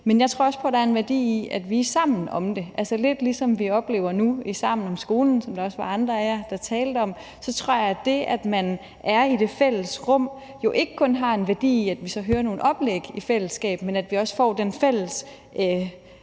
men jeg tror også på, at der er en værdi i, at vi er sammen om det – altså, lidt som vi oplever det nu i Sammen om skolen, som der også var andre af jer, der talte om. Jeg tror, at det, at man er i det fælles rum, jo ikke kun har en værdi i, at vi så hører nogle oplæg i fællesskab, men at vi hører hinandens